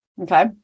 Okay